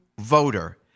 voter